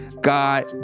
God